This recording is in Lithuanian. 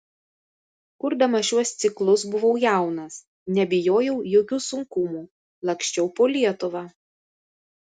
kurdamas šiuos ciklus buvau jaunas nebijojau jokių sunkumų laksčiau po lietuvą